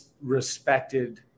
respected